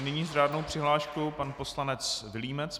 Nyní s řádnou přihláškou pan poslanec Vilímec.